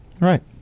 right